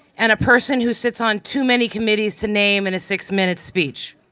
and a person who sits on too many committees to name in a six-minute speech.